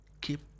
keep